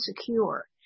secure